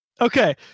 Okay